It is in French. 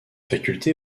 faculté